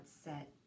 set